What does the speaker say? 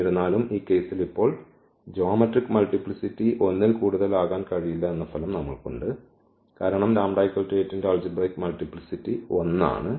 എന്നിരുന്നാലും ഈ കേസിൽ ഇപ്പോൾ ജ്യോമെട്രിക് മൾട്ടിപ്ലിസിറ്റി 1 ൽ കൂടുതൽ ആകാൻ കഴിയില്ല എന്ന ഫലം നമ്മൾക്കുണ്ട് കാരണം λ 8 ന്റെ ആൾജിബ്രയ്ക് മൾട്ടിപ്ലിസിറ്റി 1 ആണ്